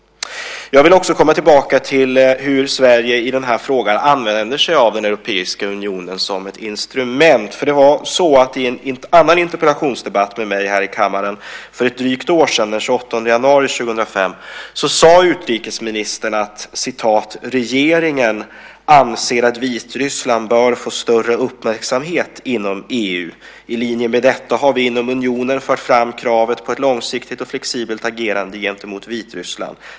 Jag vill också komma tillbaka till hur Sverige i den här frågan använder sig av den europeiska unionen som ett instrument. Det var så att i en annan interpellationsdebatt med mig här i kammaren för drygt ett år sedan, i januari 2005, sade utrikesministern att "regeringen anser att Vitryssland bör få större uppmärksamhet inom EU. I linje med detta har vi inom unionen fört fram kravet på ett långsiktigt och flexibelt agerande gentemot Vitryssland."